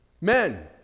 Men